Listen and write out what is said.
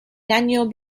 daniel